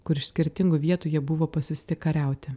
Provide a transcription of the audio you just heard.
kur iš skirtingų vietų jie buvo pasiųsti kariauti